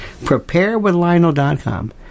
Preparewithlionel.com